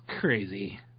crazy